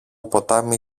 ποτάμι